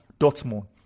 Dortmund